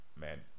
man